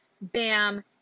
bam